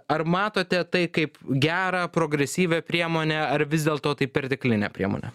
ar matote tai kaip gerą progresyvią priemonę ar vis dėlto tai perteklinė priemonė